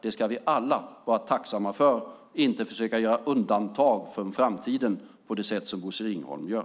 Det ska vi alla vara tacksamma för, inte försöka göra undantag från framtiden på det sätt som Bosse Ringholm gör.